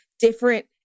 different